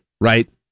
right